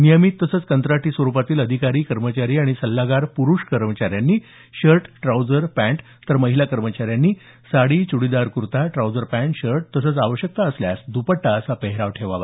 नियमित तसंच कंत्राटी स्वरूपातील अधिकारी कर्मचारी आणि सल्लागार पुरुष कर्मचाऱ्यांनी शर्ट ट्राउझर पॅन्ट तर महिला कर्मचाऱ्यांनी sari churidar kurta trouser pant shirt तसंच आवश्यकता असल्यास द्पट्टा असा पेहराव ठेवावा